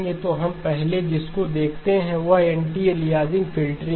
तो हम पहले जिसको देखते हैं वह एंटी अलियासिंग फ़िल्टरिंग है